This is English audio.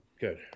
good